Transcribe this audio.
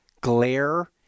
glare